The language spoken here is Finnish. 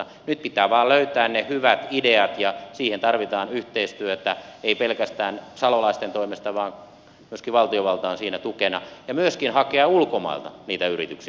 nyt pitää vaan löytää ne hyvät ideat ja siihen tarvitaan yhteistyötä ei pelkästään salolaisten toimesta vaan myöskin valtiovalta on siinä tukena ja myöskin pitää hakea ulkomailta niitä yrityksiä